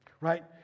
right